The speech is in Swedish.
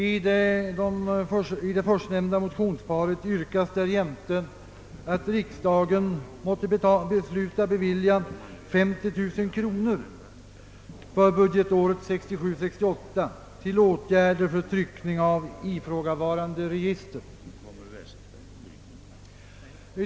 I det förstnämnda motionsparet yrkas därjämte att riksdagen måtte besluta bevilja 50 000 kronor för budgetåret 1967/68 till åtgärder för tryckning av ifrågavarande register.